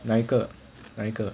哪一个哪一个